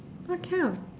what kind of